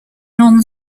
non